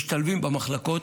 משתלבים במחלקות,